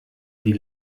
die